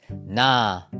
Nah